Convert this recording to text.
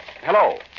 Hello